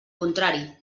contrari